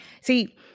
See